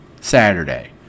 Saturday